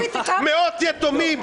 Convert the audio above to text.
מאות יתומים.